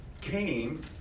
came